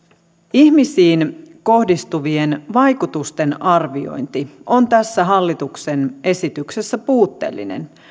ihmisiin kohdistuvien vaikutusten arviointi on tässä hallituksen esityksessä puutteellinen